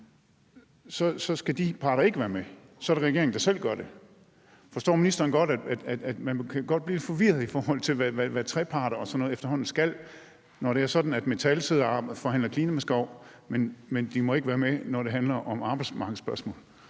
skal de parter ikke være med, for så er det regeringen, der selv gør det. Forstår ministeren godt, at man kan blive lidt forvirret, i forhold til hvad treparter og sådan noget efterhånden skal, når det er sådan, at Dansk Metal sidder og forhandler klimaskov, men ikke må være med, når det handler om arbejdsmarkedsspørgsmål?